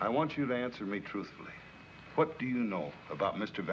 i want you to answer me truthfully what do you know about m